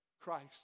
Christ